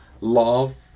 love